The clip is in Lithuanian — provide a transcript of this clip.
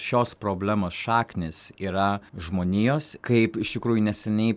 šios problemos šaknys yra žmonijos kaip iš tikrųjų neseniai